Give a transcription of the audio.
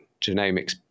genomics